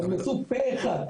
הם הומלצו פה אחד,